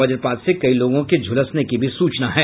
वजपात से कई लोगों के झुलसने की भी सूचना है